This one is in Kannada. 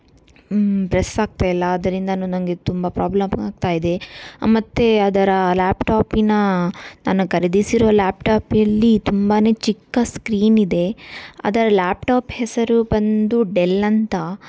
ಪ್ರೆಸ್ ಆಗ್ತಾ ಇಲ್ಲ ಅದರಿಂದಲೂ ನನಗೆ ತುಂಬ ಪ್ರಾಬ್ಲಮ್ ಆಗ್ತಾ ಇದೆ ಮತ್ತು ಅದರ ಲ್ಯಾಪ್ಟಾಪಿನ ನಾನು ಖರೀದಿಸಿರೋ ಲ್ಯಾಪ್ಟಾಪಲ್ಲಿ ತುಂಬಾ ಚಿಕ್ಕ ಸ್ಕ್ರೀನ್ ಇದೆ ಅದರ ಲ್ಯಾಪ್ಟಾಪ್ ಹೆಸರು ಬಂದು ಡೆಲ್ ಅಂತ